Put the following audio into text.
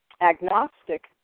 agnostic